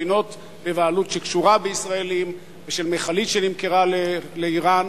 ספינות בבעלות שקשורה בישראלים ושל מכלית שנמכרה לאירן,